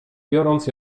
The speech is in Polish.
biorąc